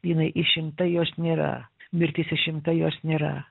jinai išimta jos nėra mirtis išimta jos nėra